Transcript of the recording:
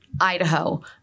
Idaho